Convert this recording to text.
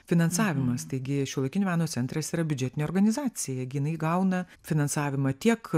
finansavimas taigi šiuolaikinio meno centras yra biudžetinė organizacija gi jinai gauna finansavimą tiek